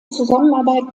zusammenarbeit